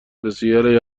بسیاری